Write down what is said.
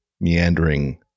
meandering